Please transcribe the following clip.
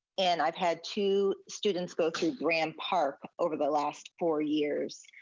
and i've had two students go through graham park over the last four years.